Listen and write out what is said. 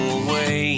away